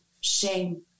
shame